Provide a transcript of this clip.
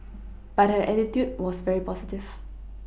but her attitude was very positive